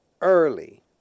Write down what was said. Early